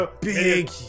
big